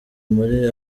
muri